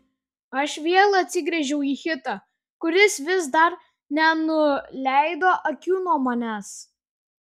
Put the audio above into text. aš vėl atsigręžiau į hitą kuris vis dar nenuleido akių nuo manęs